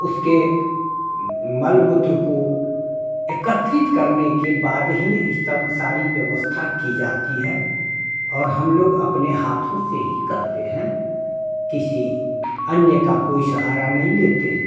उसके मल मूत्र को एकत्रित करने के बाद ही यह सब सारी व्यवस्था की जाती है और हम लोग अपने हाथों से ही करते हैं किसी अन्य का कोई सहारा नहीं लेते हैं